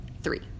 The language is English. three